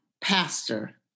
pastor